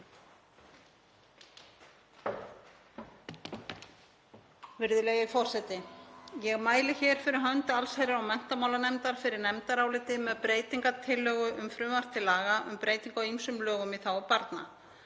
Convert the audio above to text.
.Virðulegi forseti. Ég mæli hér fyrir hönd allsherjar- og menntamálanefndar fyrir nefndaráliti með breytingartillögu um frumvarp til laga um breytingu á ýmsum lögum í þágu barna,